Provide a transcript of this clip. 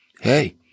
Hey